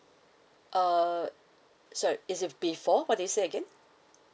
uh sorry is if before what do you say again